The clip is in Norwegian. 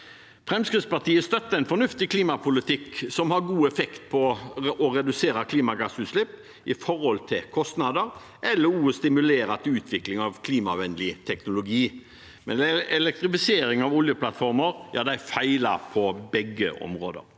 Fremskrittspartiet støtter en fornuftig klimapolitikk som har god effekt på å redusere klimagassutslipp i forhold til kostnader, eller som stimulerer til utvikling av klimavennlig teknologi, men elektrifisering av oljeplattformer feiler på begge områder.